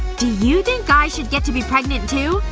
do you think guys should get to be pregnant too?